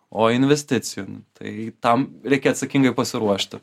o investicijų tai tam reikia atsakingai pasiruošti